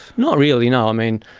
not really, no. i mean,